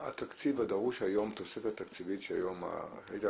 שמשקיעים יותר באבטחת מידע וסייבר ויש בתי חולים שקצת יותר קשה להם.